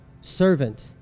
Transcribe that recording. servant